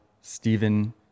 Stephen